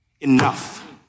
enough